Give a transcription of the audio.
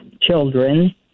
children